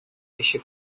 eixe